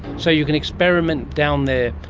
so you can experiment down there.